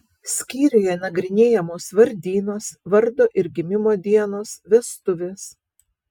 skyriuje nagrinėjamos vardynos vardo ir gimimo dienos vestuvės